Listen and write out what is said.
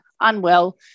unwell